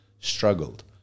struggled